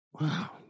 Wow